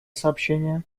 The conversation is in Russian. сообщения